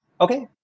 Okay